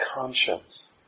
conscience